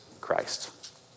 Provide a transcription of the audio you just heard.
Christ